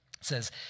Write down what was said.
Says